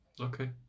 Okay